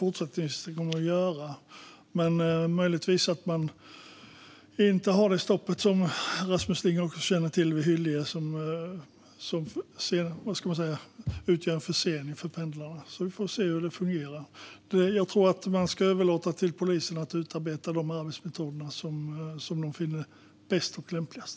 Men man kan möjligtvis slippa det stopp som Rasmus Ling känner till, Hyllie, som utgör en försening för pendlarna. Vi får se hur det fungerar. Jag tror att man ska överlåta till polisen att utarbeta de arbetsmetoder som de finner bäst och lämpligast.